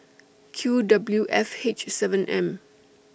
Q W F H seven M